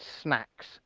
snacks